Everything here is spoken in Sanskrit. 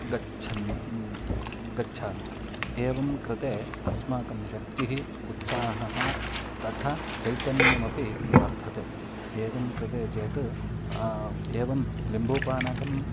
गच्छन् गच्छामि एवं कृते अस्माकं शक्तिः उत्साहः तथा चैतन्यमपि वर्धते एवं कृते चेत् एवं निम्बपानकं